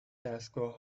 دستگاه